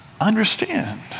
understand